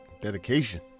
Dedication